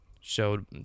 showed